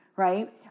Right